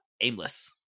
aimless